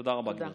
תודה רבה, גברתי.